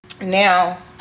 now